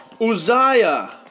Uzziah